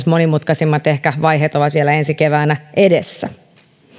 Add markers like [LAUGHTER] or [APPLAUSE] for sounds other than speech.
[UNINTELLIGIBLE] monimutkaisimmat vaiheet ovat ehkä vielä ensi keväänä edessä